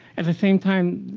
at the same time,